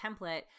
template